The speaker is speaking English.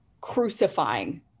crucifying